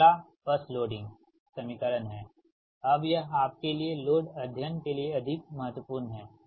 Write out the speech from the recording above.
अगला bus loading समीकरण है अब यह आपके लिए लोड अध्ययन के लिए अधिक महत्वपूर्ण है